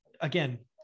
again